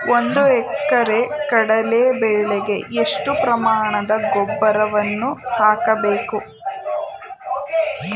ಒಂದು ಎಕರೆ ಕಡಲೆ ಬೆಳೆಗೆ ಎಷ್ಟು ಪ್ರಮಾಣದ ಗೊಬ್ಬರವನ್ನು ಹಾಕಬೇಕು?